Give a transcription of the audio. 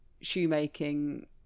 shoemaking